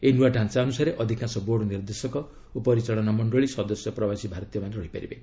ଏହି ନୂଆ ଡାଞ୍ଚା ଅନୁସାରେ ଅଧିକାଂଶ ବୋର୍ଡ଼ ନିର୍ଦ୍ଦେଶକ ଓ ପରିଚାଳନା ମଣ୍ଡଳି ସଦସ୍ୟ ପ୍ରବାସୀ ଭାରତୀୟମାନେ ରହିପାରିବେ